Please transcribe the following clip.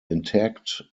intact